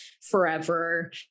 forever